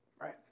right